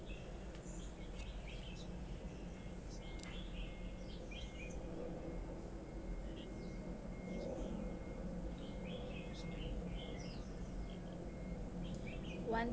one